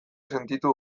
sentitu